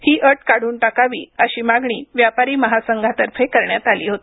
ही अट काढ्रन टाकावी अशी मागणी व्यापारी महासंघातर्फे करण्यात आली होती